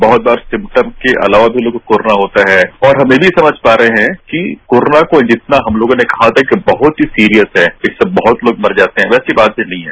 बहुत बार सिम्टम्स के अलावा भी लोगों को कोरोना होता है और हम यह भी समझ पा रहे हैं कि कोरोना को हमलोगों ने बहुत घातक सीरियस है इससे बहुत लोग मर जाते हैं वैसी बात नहीं हैं